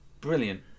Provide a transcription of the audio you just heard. brilliant